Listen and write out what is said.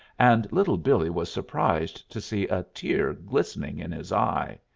and little billee was surprised to see a tear glistening in his eye.